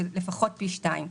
של לפחות פי שניים.